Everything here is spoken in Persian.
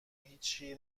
هیچی